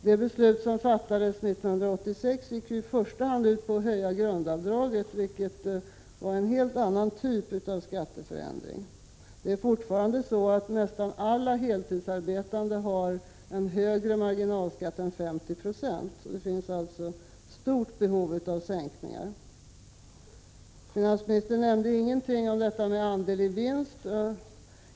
Det beslut som fattades 1986 gick i första hand ut på att höja grundavdraget, vilket var en helt annan typ av skatteförändring. Fortfarande har nästan alla heltidsarbetande högre marginalskatt än 50 76. Det finns alltså stort behov av sänkningar. Finansministern nämnde ingenting om andel i vinst.